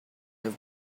have